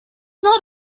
not